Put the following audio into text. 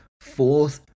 fourth